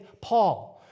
Paul